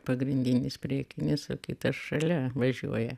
pagrindinis priekinis o kitas šalia važiuoja